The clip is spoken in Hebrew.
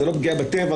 זה לא פגיעה בטבע,